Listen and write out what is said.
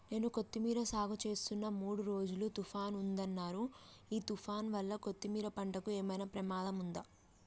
నేను కొత్తిమీర సాగుచేస్తున్న మూడు రోజులు తుఫాన్ ఉందన్నరు ఈ తుఫాన్ వల్ల కొత్తిమీర పంటకు ఏమైనా ప్రమాదం ఉందా?